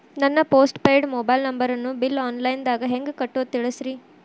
ನನ್ನ postpaid mobile ನಂಬರನ್ನು bill online ದಾಗ ಹೆಂಗ್ ಕಟ್ಟೋದು ತಿಳಿಸ್ರಿ